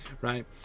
Right